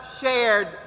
shared